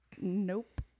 Nope